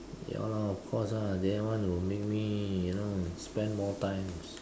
ya lah of course ah then want to make me you know spend more times